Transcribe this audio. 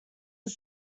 was